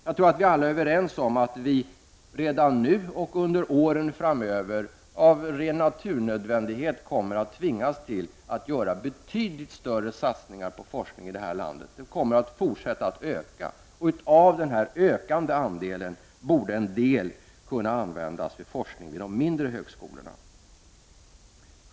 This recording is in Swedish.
Jag tror att vi alla är överens om att vi redan nu och under åren framöver av ren naturnödvändighet kommer att tvingas att göra betydligt större satsningar på forskning i det här landet. Satsningarna kommer att fortsätta att öka i omfattning, och av dessa ökande resurser borde en del kunna läggas på forskning vid de mindre högskolorna.